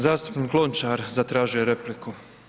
Zastupnik Lončar zatražio je repliku.